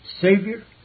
savior